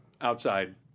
outside